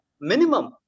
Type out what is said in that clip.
minimum